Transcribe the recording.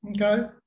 Okay